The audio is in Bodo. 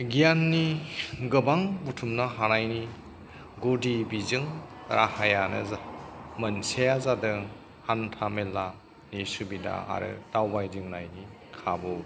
गियाननि गोबां बुथुमनो हानायनि गुदि बिजों राहायानो जाबाय मोनसेया जादों हान्था मेलानि सुबिदा आरो दावबायदिंनायनि खाबु